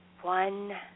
one